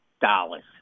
dollars